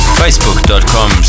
facebook.com